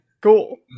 Cool